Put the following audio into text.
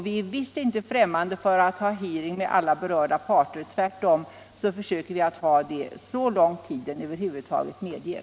Vi är visst inte främmande för att ha hearing med alla berörda parter. Tvärtom försöker vi ha det så långt tiden över huvud taget medger.